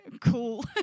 cool